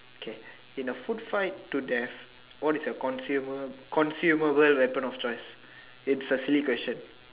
okay in a food fight to death what is your consumer consumable weapon of choice it's a silly question